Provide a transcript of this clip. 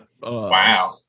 wow